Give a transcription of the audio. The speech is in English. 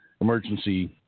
emergency